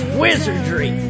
wizardry